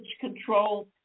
control